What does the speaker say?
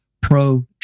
Pro